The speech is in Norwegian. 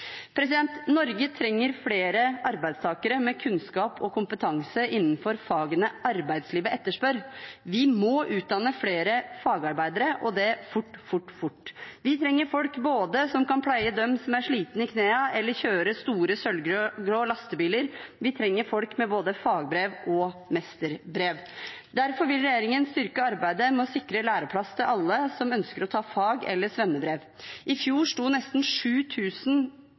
Norge trenger flere arbeidstakere med kunnskap og kompetanse innenfor de fagene arbeidslivet etterspør. Vi må utdanne flere fagarbeidere, og det «fort, fort, fort»! Vi trenger både folk som kan pleie «døm som er slitin i knea», og folk som kan kjøre store sølvgrå lastebiler. Vi trenger folk med fagbrev og mesterbrev. Derfor vil regjeringen styrke arbeidet med å sikre læreplass til alle som ønsker å ta et fag- eller svennebrev. I fjor sto nesten